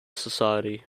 society